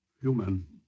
Human